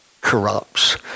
corrupts